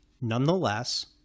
Nonetheless